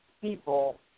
people